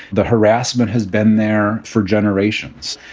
the harassment has been there for generations.